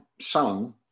son